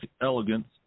elegance